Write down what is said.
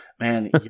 Man